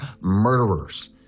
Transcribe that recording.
murderers